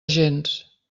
gens